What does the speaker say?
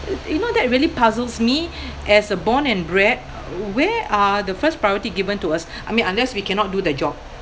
you know that really puzzles me as a born and bred where are the first priority given to us I mean unless we cannot do the job